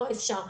לא אפשר,